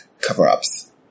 cover-ups